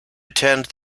attend